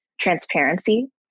transparency